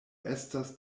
estas